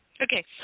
Okay